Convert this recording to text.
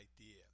idea